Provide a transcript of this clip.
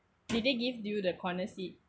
did they give you the corner seat